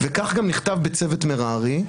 וכך גם נכתב בצוות מררי,